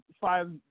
five